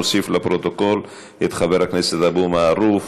נוסיף לפרוטוקול את חבר הכנסת אבו מערוף,